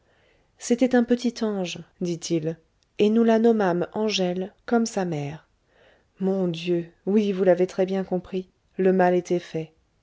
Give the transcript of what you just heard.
c'était un petit ange dit-il et nous la nommâmes angèle comme sa mère mon dieu oui vous l'avez très bien compris le mal était fait